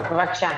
בבקשה.